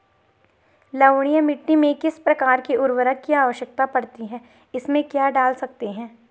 लवणीय मिट्टी में किस प्रकार के उर्वरक की आवश्यकता पड़ती है इसमें क्या डाल सकते हैं?